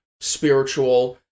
spiritual